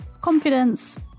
confidence